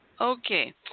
Okay